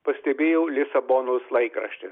pastebėjo lisabonos laikraštis